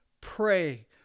pray